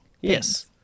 Yes